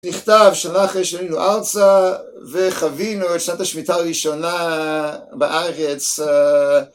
נכתב שנה אחרי שעלינו ארצה וחווינו את שנת השמיטה הראשונה בארץ